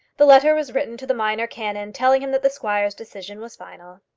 the letter was written to the minor canon telling him that the squire's decision was final.